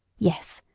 yes,